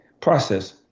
process